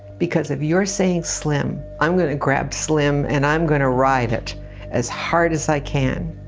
because if you're saying slim, i'm going to grab slim and i'm going to ride it as hard as i can.